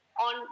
on